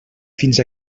fins